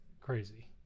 crazy